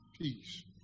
Peace